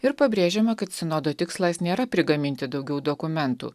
ir pabrėžiama kad sinodo tikslas nėra prigaminti daugiau dokumentų